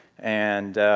and